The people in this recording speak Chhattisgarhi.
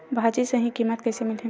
भाजी सही कीमत कइसे मिलही?